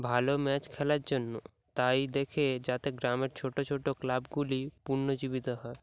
ভালো ম্যাচ খেলার জন্য তাই দেখে যাতে গ্রামের ছোটো ছোটো ক্লাবগুলি পুনর্জীবিত হয়